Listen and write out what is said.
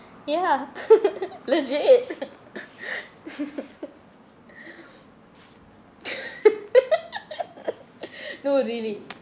ya legit no really